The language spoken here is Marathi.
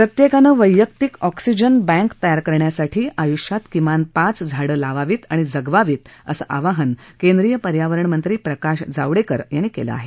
प्रत्येकानं वैयक्तीक ऑक्सीजन बँक तयार करण्यासाठी आयुष्यात किमान पाच झाडं लावावीत आणि जगवावीत असं आवाहन केंद्रीय पर्यावरणमंत्री प्रकाश जावडेकर यांनी केलं आहे